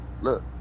Look